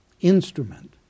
instrument